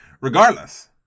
Regardless